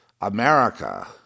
America